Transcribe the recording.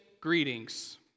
Greetings